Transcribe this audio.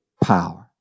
power